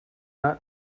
not